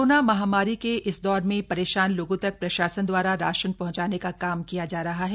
corona महामारी के इस दौर में परेशान लोगों तक प्रशासन द्वारा राशन पहंचाने का काम किया जा रहा है